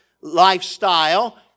lifestyle